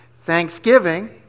thanksgiving